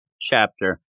chapter